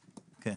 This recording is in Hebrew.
כן.